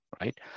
right